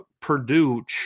Purdue